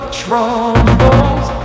troubles